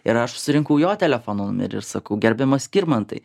ir aš surinkau jo telefono numerį ir sakau gerbiamas skirmantai